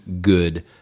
good